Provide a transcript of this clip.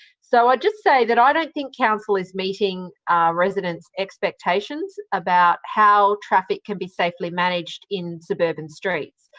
so i'd just say that i don't think council is meeting resident's expectations about how traffic can be safely managed in suburban streets.